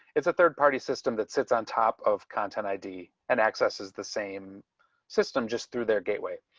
it's a third party system that sits on top of content id and access is the same system just through their gateway.